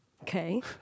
Okay